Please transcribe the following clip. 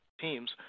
teams